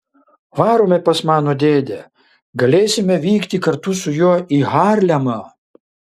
varome pas mano dėdę galėsime vykti kartu su juo į harlemą